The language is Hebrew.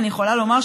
אני יכולה לומר,